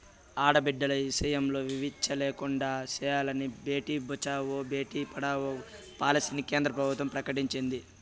ఆడబిడ్డల ఇసయంల వివచ్చ లేకుండా సెయ్యాలని బేటి బచావో, బేటీ పడావో పాలసీని కేంద్ర ప్రభుత్వం ప్రకటించింది